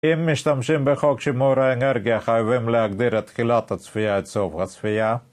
אם משתמשים בחוק שימור האנרגיה חייבים להגדיר תחילת הצפייה עד סוף הצפייה